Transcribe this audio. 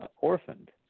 orphaned